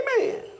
Amen